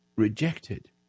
rejected